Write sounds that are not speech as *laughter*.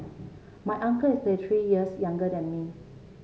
my uncle is *unintelligible* years younger than me